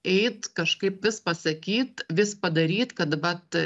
eit kažkaip vis pasakyt vis padaryt kad vat